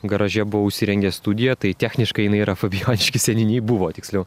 garaže buvau įsirengęs studiją tai techniškai jinai yra fabijoniškių seniūnijoj buvo tiksliau